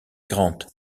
grant